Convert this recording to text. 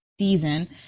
season